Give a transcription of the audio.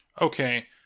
okay